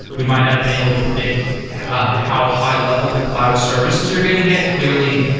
we might not have been able to predict how highl-level the cloud services are going to get. clearly,